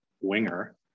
winger